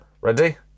Ready